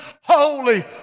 holy